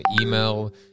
email